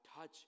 touch